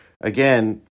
Again